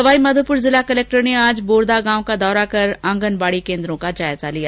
सवाईमाधोपुर जिला कलेक्टर ने आज बोरदा गांव का दौरा कर आंगनवाड़ी केन्द्र का जायजा लिया